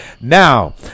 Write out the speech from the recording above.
now